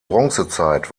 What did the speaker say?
bronzezeit